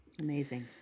Amazing